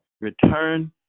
Return